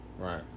right